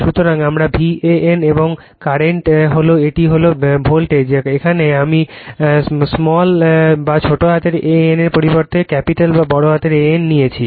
সুতরাং এটি আমার V an এবং কারেন্ট এবং এটি হল ভোল্টেজ এখানে আমি স্মল a n এর পরিবর্তে ক্যাপিটাল A N নিয়েছি